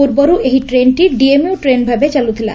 ପୂର୍ବର୍ ଏହି ଟ୍ରେନ୍ଟି ଡିଏମ୍ୟ ଟ୍ରେନ୍ ଭାବେ ଚାଲୁଥିଲା